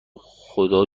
خدا